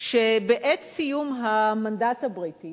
בעת סיום המנדט הבריטי